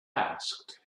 asked